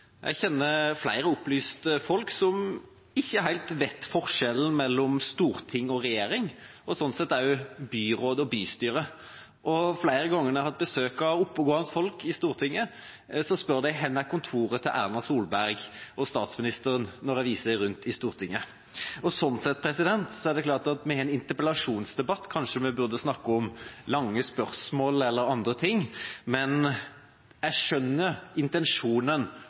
Jeg kjenner flere opplyste folk som ikke helt vet forskjellen mellom storting og regjering og sånn sett også forskjellen mellom byråd og bystyre. Flere ganger når jeg har hatt besøk av oppegående folk i Stortinget, spør de hvor kontoret til Erna Solberg eller statsministeren er når jeg viser dem rundt i Stortinget. Sånn sett har vi en interpellasjonsdebatt, og kanskje burde vi snakke om lange spørsmål eller andre ting, men jeg skjønner intensjonen